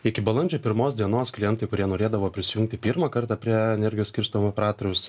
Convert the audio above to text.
iki balandžio pirmos dienos klientai kurie norėdavo prisijungti pirmą kartą prie energijos skirstymo operatoriaus